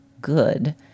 good